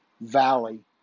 valley